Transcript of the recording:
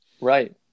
Right